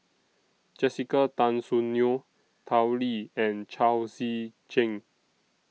Jessica Tan Soon Neo Tao Li and Chao Tzee Cheng